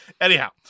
anyhow